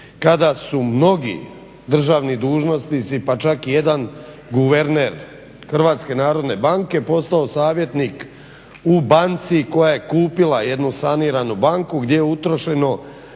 kada su mnogi državni dužnosnici pa čak i jedan guverner HNB-a postao savjetnik u banci koja je kupila jednu saniranu banku gdje je utrošeno